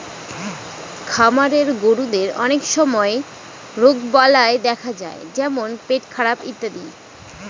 খামারের গরুদের অনেক সময় রোগবালাই দেখা যায় যেমন পেটখারাপ ইত্যাদি